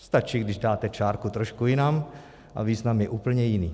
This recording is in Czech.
Stačí, když dáte čárku trošku jinam a význam je úplně jiný.